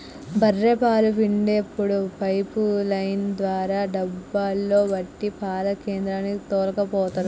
బఱ్ఱె పాలు పిండేప్పుడు పైపు లైన్ ద్వారా డబ్బాలో పట్టి పాల కేంద్రానికి తోల్కపోతరు